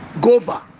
gova